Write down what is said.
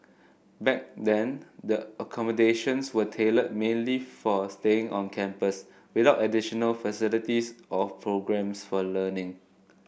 back then the accommodations were tailored mainly for staying on campus without additional facilities or programmes for learning